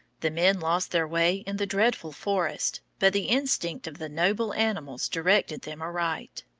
the men lost their way in the dreadful forest, but the instinct of the noble animals directed them aright.